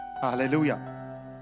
Hallelujah